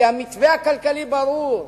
כי המתווה הכלכלי ברור,